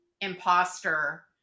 imposter